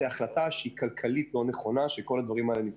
החלטה שאיננה נכונה כלכלית.